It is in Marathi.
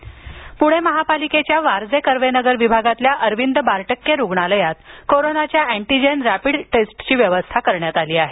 प्णे महापालिकेच्या वारजे कर्वेनगर विभागातील अरविंद बारटक्के रुग्णालयात कोरोनाच्या अँटिजेन रॅपिड टेस्टची व्यवस्था करण्यात आली आहे